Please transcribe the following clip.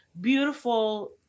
beautiful